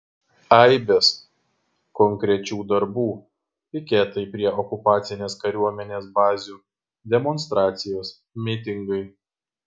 aibės konkrečių darbų piketai prie okupacinės kariuomenės bazių demonstracijos mitingai